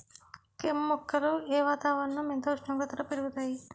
కెమ్ మొక్కలు ఏ వాతావరణం ఎంత ఉష్ణోగ్రతలో పెరుగుతాయి?